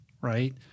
right